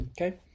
Okay